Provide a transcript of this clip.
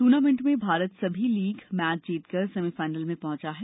tournament में भारत सभी league match जीतकर सेमीफाइनल में पहुंचा है